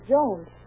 Jones